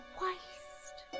waste